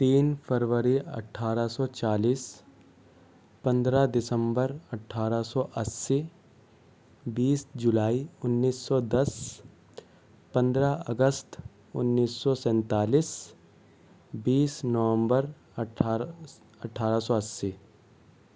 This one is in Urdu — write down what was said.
تین فروری اٹھارہ سو چالیس پندرہ دسمبر اٹھارہ سو اسی بیس جولائی انیس سو دس پندرہ اگست انیس سو سینتالیس بیس نومبر اٹھارہ اٹھارہ سو اسی